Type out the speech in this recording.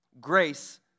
Grace